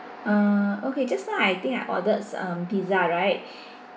uh okay just now I think I orders um pizza right